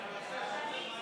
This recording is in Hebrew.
הצעת סיעת הרשימה